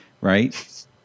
right